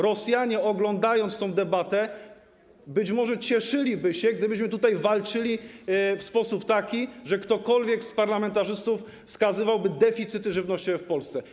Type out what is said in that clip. Rosjanie, oglądając tę debatę, być może cieszyliby się, gdybyśmy walczyli w taki sposób, gdyby ktokolwiek z parlamentarzystów wskazywał na deficyty żywnościowe w Polsce.